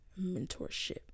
mentorship